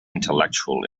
intellectual